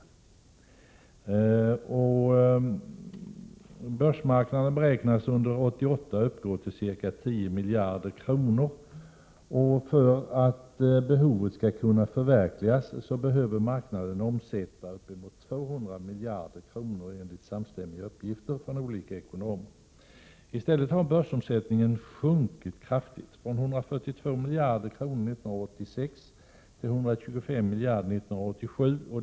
Detta behov beräknas under 1988 uppgå till ca 10 miljarder kronor. För att behovet skall kunna tillgodoses behöver marknaden omsätta upp emot 200 miljarder kronor enligt samstämmiga uppgifter från olika ekonomer. I stället har börsomsättningen sjunkit kraftigt, från 142 miljarder kronor 1986 till 125 miljarder kronor 1987.